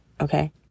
Okay